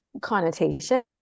connotation